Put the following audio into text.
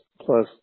Plus